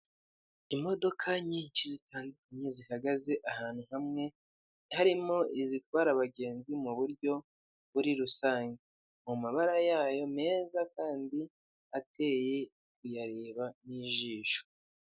Imodoka nyinshi zitandukanye zihagaze ahantu hamwe harimo izitwara abagenzi mu buryo buri rusange mu mabara yayo meza kandi ateye kuyareba n'ijisho.